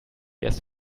erst